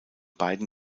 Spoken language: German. beiden